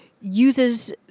uses